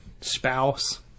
spouse